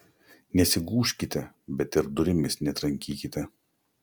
nesigūžkite bet ir durimis netrankykite